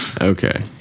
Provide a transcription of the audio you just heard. Okay